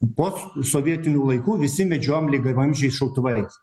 bot sovietinių laikų visi medžiojom lygiavamzdžiais šautuvais